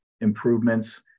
improvements